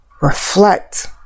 reflect